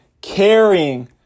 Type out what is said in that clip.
carrying